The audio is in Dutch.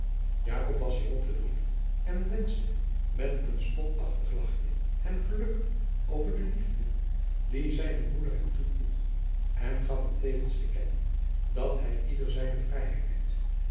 las hier op den brief en wenschte met een spotachtig lachje hem geluk over de liefde die zijne moeder hem toedroeg en gaf hem tevens te kennen dat hij ieder zijne vrijheid liet